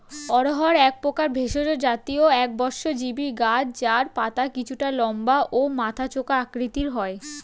অড়হর একপ্রকার ভেষজ জাতীয় একবর্ষজীবি গাছ যার পাতা কিছুটা লম্বা ও মাথা চোখা আকৃতির হয়